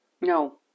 no